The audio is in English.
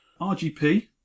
RGP